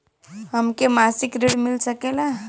हमके मासिक ऋण मिल सकेला?